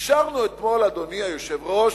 אישרנו אתמול, אדוני היושב-ראש,